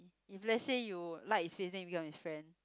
if let say you like his face then you become his friend